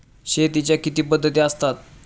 शेतीच्या किती पद्धती असतात?